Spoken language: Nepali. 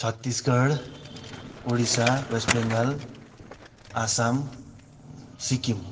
छत्तिसगढ उडिसा वेस्ट बेङ्गाल आसाम सिक्किम